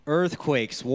earthquakes